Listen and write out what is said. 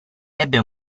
ebbe